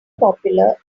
popular